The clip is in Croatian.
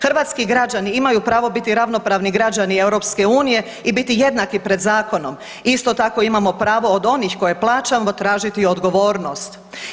Hrvatski građani imaju pravo biti ravnopravni građani EU i biti jednaki pred zakonom, isto tako imamo pravo od onih koje plaćamo tražiti odgovornost.